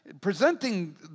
presenting